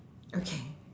okay